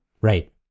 Right